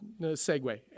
segue